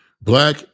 Black